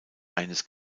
eines